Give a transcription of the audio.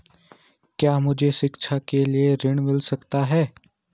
क्या मुझे शिक्षा के लिए ऋण मिल सकता है?